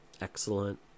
excellent